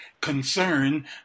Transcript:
concern